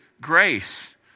grace